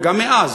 וגם מאז,